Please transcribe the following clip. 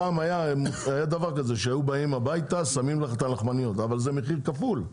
פעם היו באים הביתה ושמים את הלחמניות אבל זה מחיר כפול.